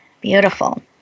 Beautiful